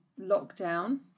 lockdown